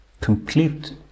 complete